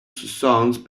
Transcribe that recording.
sounds